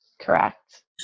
correct